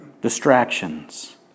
Distractions